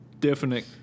definite